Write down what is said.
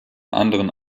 anderen